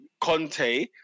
conte